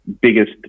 biggest